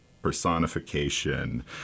Personification